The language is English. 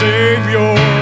Savior